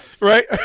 Right